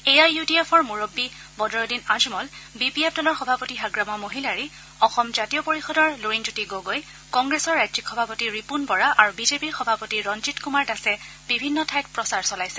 A I U D এফৰ মূৰববী Badruddin Ajmal B P F দলৰ সভাপতি হাগ্ৰামা মহিলাৰী অসম জাতীয় পৰিষদৰ লুৰিণজ্যোতি গগৈ কংগ্ৰেছৰ ৰাজ্যিক সভাপতি ৰিপুণ বৰা আৰু বি জে পিৰ সভাপতি ৰঞ্জিত কুমাৰ দাসে বিভিন্ন ঠাইত প্ৰচাৰ চলাইছে